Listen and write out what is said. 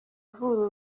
avura